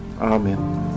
amen